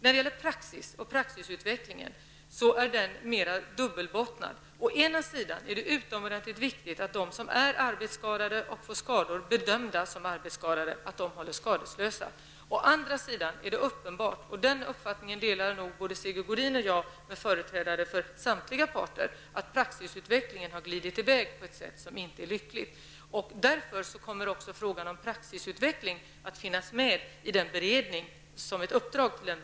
När det gäller praxis och utveckling av praxis är detta mer dubbelbottnat. Å ena sidan är det viktigt att de som är arbetsskadade och får skador bedömda som arbetsskador hålls skadeslösa. Å andra sidan är det uppenbart -- den uppfattningen delar nog både Sigge Godin och jag med företrädare för samtliga partier -- att utvecklingen av praxis har glidit i väg på ett sätt som inte är lyckligt. Därför kommer frågan om utvecklingen av praxis att finnas med i den beredning som skall titta på detta.